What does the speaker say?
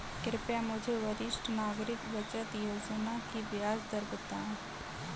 कृपया मुझे वरिष्ठ नागरिक बचत योजना की ब्याज दर बताएं